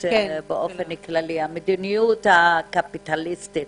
באופן כללי המדיניות הקפיטליסטית.